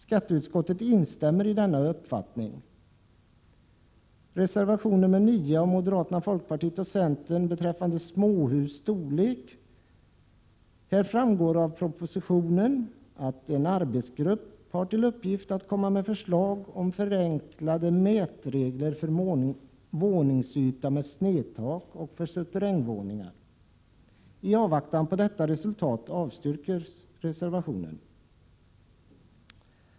Skatteutskottet instämmer i denna uppfattning. Reservation nr 9 av moderater, folkpartister och centerpartister gäller småhus storlek. Här framgår ju av propositionen att en arbetsgrupp har till uppgift att komma med förslag om förenklade mätregler för våningsyta med snedtak och suterrängvåning. I avvaktan på detta resultat avstyrkes reservationen.